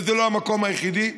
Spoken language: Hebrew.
וזה לא המקום היחידי.